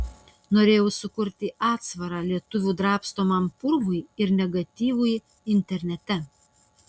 norėjau sukurti atsvarą lietuvių drabstomam purvui ir negatyvui internete